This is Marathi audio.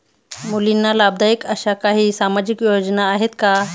मुलींना लाभदायक अशा काही सामाजिक योजना आहेत का?